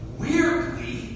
weirdly